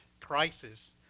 crisis